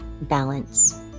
balance